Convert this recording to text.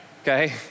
Okay